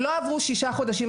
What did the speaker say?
לא עברו שישה חודשים,